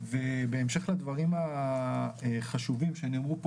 ובהמשך לדברים החשובים שנאמרו פה,